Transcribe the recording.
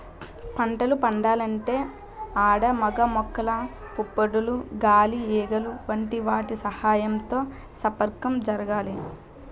పంటలు పండాలంటే ఆడ మగ మొక్కల పుప్పొడులు గాలి ఈగలు వంటి వాటి సహాయంతో సంపర్కం జరగాలి